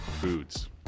foods